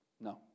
No